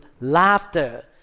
laughter